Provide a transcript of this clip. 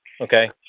Okay